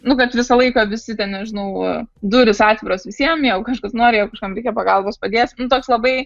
nu kad visą laiką visi ten nežinau durys atviros visiem jeigu kažkas nori jei kažkam reikia pagalbos padės toks labai